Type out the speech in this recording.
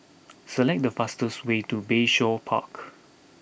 select the fastest way to Bayshore Park